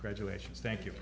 graduations thank you